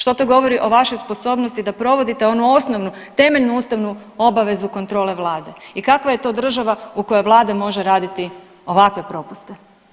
Što to govori o vašoj sposobnosti da provodite onu osnovnu, temeljnu ustavnu obavezu kontrole Vlade i kakva je to država u kojoj Vlada može raditi ovakve propuste?